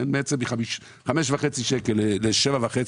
בעצם מ-5.5 שקל ל-7.5,